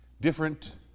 different